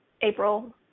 April